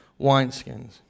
wineskins